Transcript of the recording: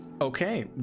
Okay